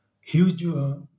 huge